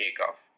takeoff